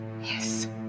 Yes